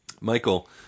Michael